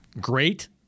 great